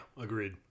agreed